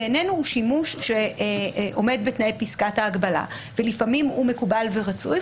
בעינינו הוא שימוש שעומד בתנאי פסקת ההגבלה ולפעמים הוא מקובל ורצוי.